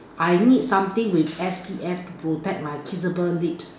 I need something with S_P_F to protect my kissable lips